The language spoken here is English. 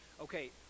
Okay